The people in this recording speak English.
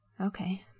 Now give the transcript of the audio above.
Okay